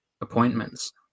appointments